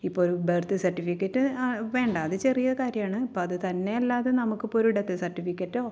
ഇപ്പം ഒരു birth certificate വേണ്ട അത് ചെറിയ കാര്യമാണ് ഇപ്പോൾ അത് തന്നെ അല്ലാതെ നമുക്ക് ഇപ്പോൾ ഒരു ഡെത്ത് സട്ടിഫിക്കറ്റോ